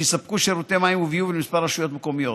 שיספקו שירותי מים וביוב לכמה רשויות מקומיות.